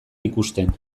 ikusten